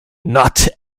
not